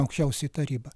aukščiausioji taryba